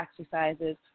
exercises